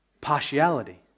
partiality